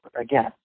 again